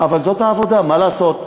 אבל זאת העבודה, מה לעשות.